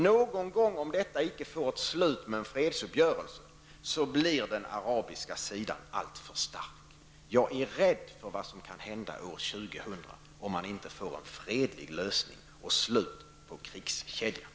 Någon gång, om detta inte får ett slut med en fredsuppgörelse, blir den arabiska sidan alltför stark. Jag är rädd för vad som kan hända år 2000, om man inte får en fredlig lösning och slut på krigskedjan.